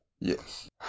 yes